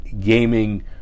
gaming